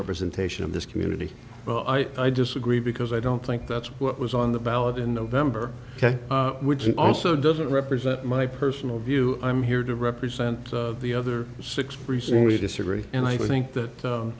representation of this community well i disagree because i don't think that's what was on the ballot in november which it also doesn't represent my personal view i'm here to represent the other six recently disagree and i think that